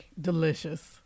Delicious